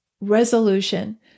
resolution